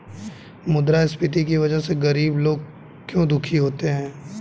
मुद्रास्फीति की वजह से गरीब लोग क्यों दुखी होते हैं?